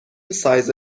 سایز